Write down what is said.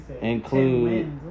Include